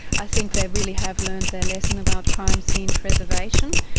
i think they really have learnt their lesson about crime scene preservation.